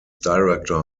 director